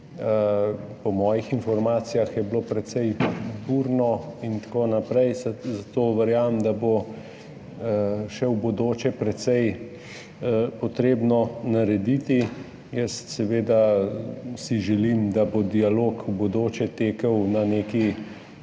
po mojih informacijah je bilo precej burno in tako naprej, zato verjamem, da bo v bodoče treba še precej narediti. Jaz si seveda želim, da bo dialog v bodoče tekel na neki